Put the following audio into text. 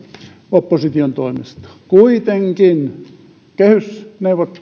opposition toimesta kuitenkin